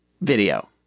video